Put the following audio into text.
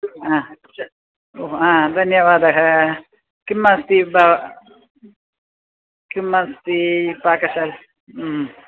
ह ह धन्यवादः किम् अस्ति ब किं अस्ति पाकशाले